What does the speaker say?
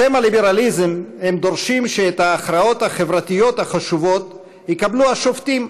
בשם הליברליזם הם דורשים שאת ההכרעות החברתיות החשובות יקבלו השופטים,